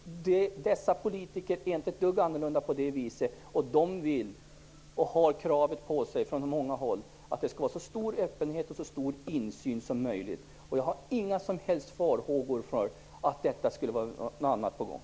Dessa politiker är inte ett dugg annorlunda. De vill, och har kravet på sig från många håll, att det skall vara en så stor öppenhet och insyn som möjligt. Jag inga som helst farhågor att det skulle vara något annat på gång.